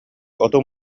оту